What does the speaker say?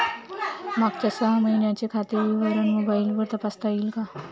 मागच्या सहा महिन्यांचे खाते विवरण मोबाइलवर तपासता येईल का?